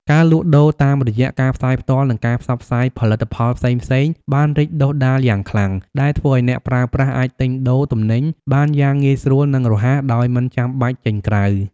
ការលក់ដូរតាមរយៈការផ្សាយផ្ទាល់ និងការផ្សព្វផ្សាយផលិតផលផ្សេងៗបានរីកដុះដាលយ៉ាងខ្លាំង ដែលធ្វើឱ្យអ្នកប្រើប្រាស់អាចទិញដូរទំនិញបានយ៉ាងងាយស្រួល និងរហ័សដោយមិនចាំបាច់ចេញក្រៅ។